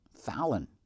Fallon